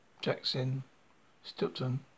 Jackson-Stilton